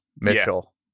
Mitchell